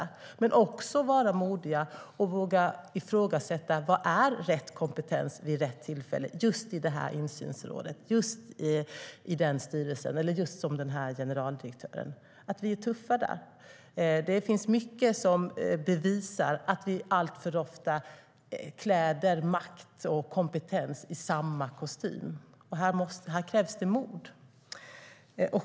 Men vi måste också vara modiga i insynsrådet, i styrelsen och beträffande generaldirektören och våga ifrågasätta vad som är rätt kompetens vid rätt tillfälle. Vi måste vara tuffa. Det finns mycket som bevisar att vi alltför ofta klär makt och kompetens i samma kostym. Här krävs det mod.